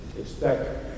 expect